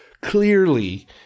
clearly